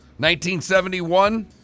1971